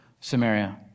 Samaria